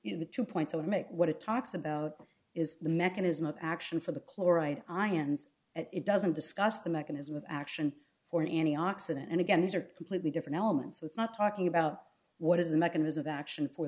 you know the two points i would make what it talks about is the mechanism of action for the chloride ions it doesn't discuss the mechanism of action for an antioxidant and again these are completely different elements what's not talking about what is the mechanism of action for